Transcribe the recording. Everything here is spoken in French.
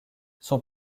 son